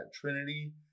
Trinity